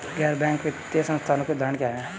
गैर बैंक वित्तीय संस्थानों के उदाहरण क्या हैं?